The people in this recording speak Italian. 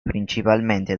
principalmente